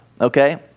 Okay